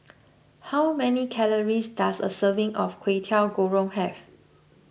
how many calories does a serving of Kwetiau Goreng have